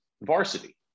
varsity